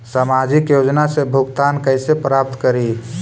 सामाजिक योजना से भुगतान कैसे प्राप्त करी?